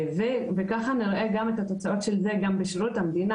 וככה נראה גם את התוצאות של זה גם בשירות המדינה,